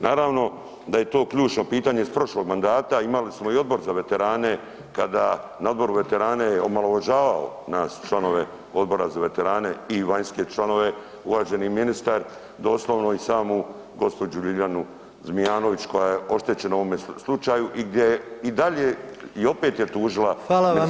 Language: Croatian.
Naravno da je to ključno pitanje iz prošlog mandata, imali smo i odbor za veterane kada na odboru, veterane je omalovažavao, nas članove odbora za veterane i vanjske članove uvaženi ministar doslovno i samu gospođu Ljiljanu Zmijanović koja je oštećena u ovome slučaju i gdje je i dalje i opet je tužila [[Upadica: Hvala vam.]] Ministarstvo okoliša.